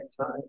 time